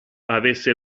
avesse